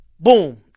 Boom